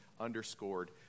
underscored